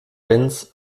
benz